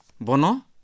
Bono